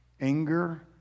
Anger